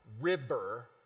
river